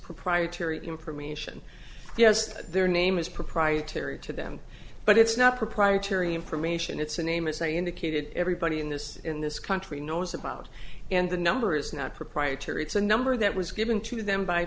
proprietary information yes their name is proprietary to them but it's not proprietary information it's a name as i indicated everybody in this in this country knows about and the number is not proprietary it's a number that was given to them by